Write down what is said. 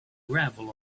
gravel